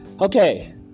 Okay